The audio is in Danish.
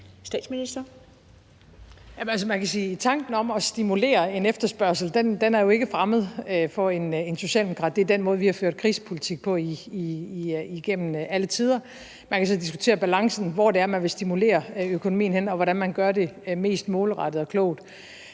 tanken om at stimulere en efterspørgsel jo ikke er fremmed for en socialdemokrat. Det er den måde, vi har ført krisepolitik på igennem alle tider. Man kan så diskutere balancen i det, hvor man vil stimulere økonomien, og hvordan man gør det mest målrettet og klogt.